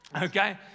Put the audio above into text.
okay